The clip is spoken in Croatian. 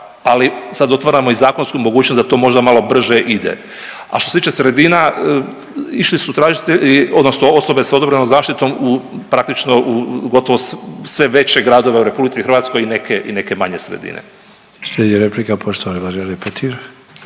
ali sad otvaramo i zakonsku mogućnost da to možda malo brže ide. A što se tiče sredina, išli su tražitelji odnosno osobe s odobrenom zaštitom praktično u gotovo sve veće gradove u RH i neke, i neke manje sredine. **Sanader, Ante (HDZ)** Slijedi replika